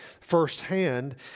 firsthand